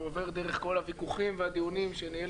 הוא עובר דרך כל הדיווחים והדיונים שניהל